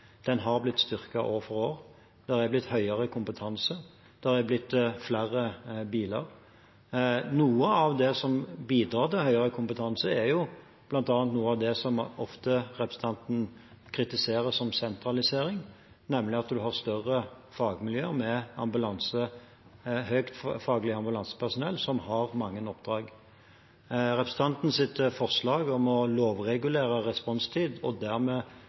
Den har blitt styrket år for år. Det har blitt høyere kompetanse. Det har blitt flere biler. Noe av det som bidrar til høyere kompetanse, er bl.a. det representanten ofte kritiserer som sentralisering, nemlig at man har større fagmiljøer, med ambulansepersonell med høyt faglig nivå som har mange oppdrag. Representantens forslag om å lovregulere responstid og dermed